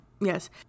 yes